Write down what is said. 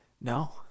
no